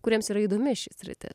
kuriems yra įdomi ši sritis